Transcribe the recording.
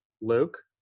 Luke